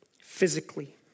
physically